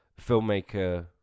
filmmaker